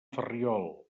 ferriol